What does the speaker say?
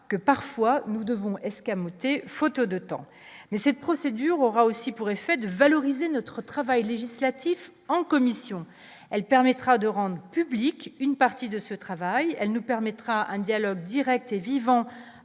que parfois nous devons escamoté photo de temps, mais cette procédure aura aussi pour effet de valoriser notre travail législatif en commission, elle permettra de rendre publique une partie de ce travail, elle nous permettra un dialogue Direct et vivant